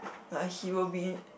like he will be